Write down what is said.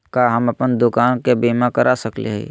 का हम अप्पन दुकान के बीमा करा सकली हई?